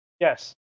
Yes